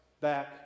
back